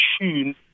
tune